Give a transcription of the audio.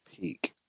Peak